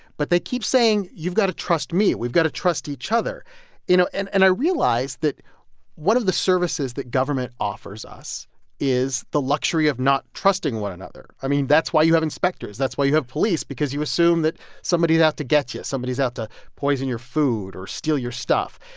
but they keep saying, you've got to trust me. we've got to trust each other you know, and and i realized that one of the services that government offers us is the luxury of not trusting one another. i mean, that's why you have inspectors. that's why you have police. because you assume that somebody's out to get you somebody's out to poison your food or steal your stuff.